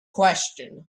question